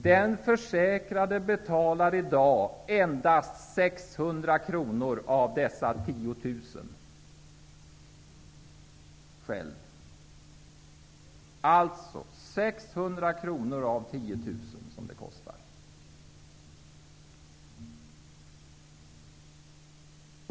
Den försäkrade betalar i dag själv endast 600 kronor av dessa 10 000 kronor. Det är alltså fråga om 600 kronor av de 10 000 kronor som det kostar.